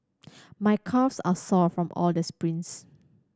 my calves are sore from all the sprints